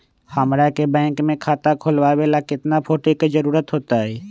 हमरा के बैंक में खाता खोलबाबे ला केतना फोटो के जरूरत होतई?